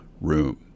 room